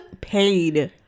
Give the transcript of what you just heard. paid